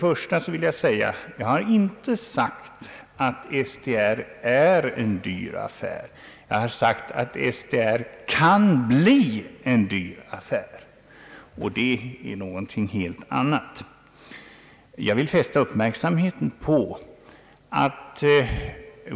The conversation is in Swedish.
Först och främst har jag inte sagt att SDR är en dyr affär utan att SDR kan bli en dyr affär, och det är någonting helt annat.